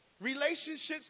Relationships